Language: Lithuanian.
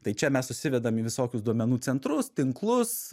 tai čia mes susivedam į tokius duomenų centrus tinklus